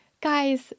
guys